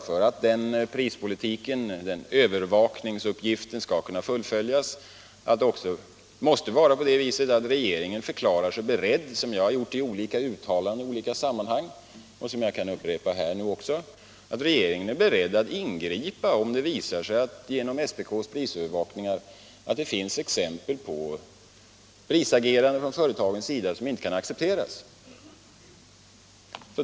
För att den övervakningsuppgiften skall kunna fullföljas är det självklart att regeringen förklarar sig beredd —- som jag har gjort i olika uttalanden i olika sammanhang och också kan göra här — att ingripa om det visar sig genom SPK:s prisövervakning att det finns exempel på prisagerande från företagens sida som inte kan accepteras.